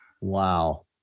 Wow